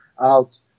out